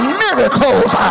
miracles